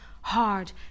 hard